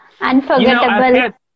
Unforgettable